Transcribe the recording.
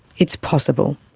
it's possible.